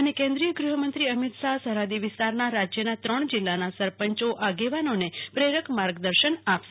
અને કેન્દ્રીય ગૃહમંત્રી અમિત શાહ સરહદી વિસ્તારના રાજ્યના ત્રણ જીલ્લાના સરપંચો આગેવાનો ને પ્રેરક માર્ગદર્શન આપશે